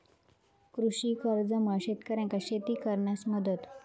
कृषी कर्जामुळा शेतकऱ्यांका शेती करण्यास मदत